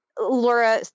Laura